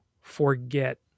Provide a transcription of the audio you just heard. forget